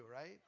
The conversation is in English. right